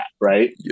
right